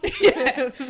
Yes